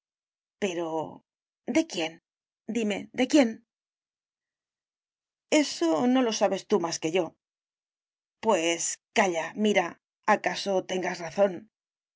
pero de quién dime de quién eso no lo sabes tú más que yo pues calla mira acaso tengas razón